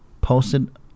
Posted